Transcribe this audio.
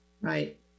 right